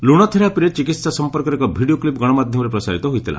ଲୁଶ ଥେରାପିର ଚିକିହା ସଂପର୍କରେ ଏକ ଭିଡ଼ିଓ କ୍ଲିପ୍ ଗଣମାଧ୍ୟମରେ ପ୍ରସାରିତ ହୋଇଥିଲା